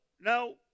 no